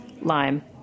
lime